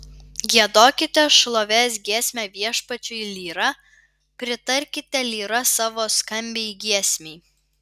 giedokite šlovės giesmę viešpačiui lyra pritarkite lyra savo skambiai giesmei